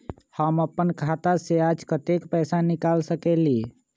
हम अपन खाता से आज कतेक पैसा निकाल सकेली?